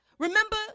Remember